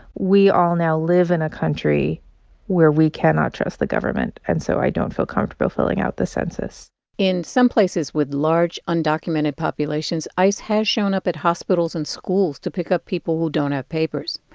we all now live in a country where we cannot trust the government, and so i don't feel comfortable filling out the census in some places with large undocumented populations, ice has shown up at hospitals and schools to pick up people who don't have papers.